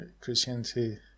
Christianity